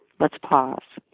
let's pause.